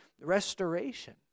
restoration